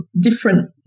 different